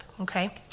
okay